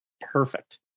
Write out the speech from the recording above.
perfect